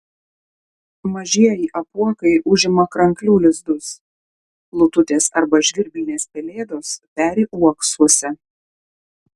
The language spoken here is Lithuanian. mažieji apuokai užima kranklių lizdus lututės arba žvirblinės pelėdos peri uoksuose